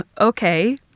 okay